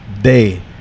day